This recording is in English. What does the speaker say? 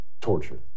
torture